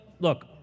Look